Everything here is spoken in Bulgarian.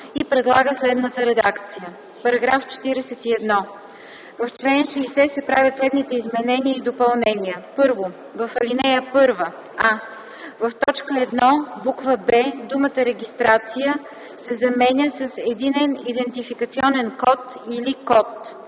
и предлага следната редакция: „§ 41. В чл. 60 се правят следните изменения и допълнения: 1. В ал. 1: а) в т. 1, буква „б” думата „регистрация” се заменя с „единен идентификационен код или код”;